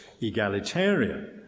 egalitarian